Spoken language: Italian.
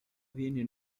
viene